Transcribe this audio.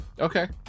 Okay